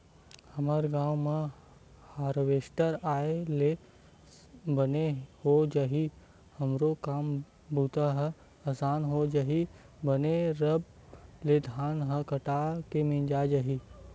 हमर गांव म हारवेस्टर आय ले बने हो जाही हमरो काम बूता ह असान हो जही बने रब ले धान ह कट के मिंजा जाही